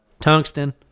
tungsten